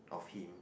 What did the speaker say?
of him